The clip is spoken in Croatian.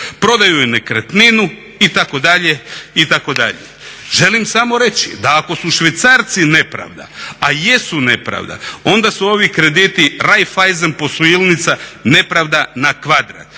Prodaju joj nekretninu itd., itd. Želim samo reći da ako su švicarci nepravda, a jesu nepravda, onda su ovi krediti Raiffeisen posuilnica nepravda na kvadrat.